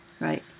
Right